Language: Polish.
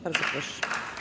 Bardzo proszę.